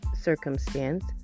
circumstance